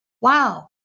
wow